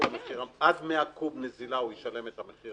עד 100 קוב נזילה הוא ישלם את המחיר